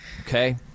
okay